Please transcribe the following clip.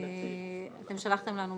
ואתם שלחתם לנו מכתב.